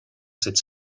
cette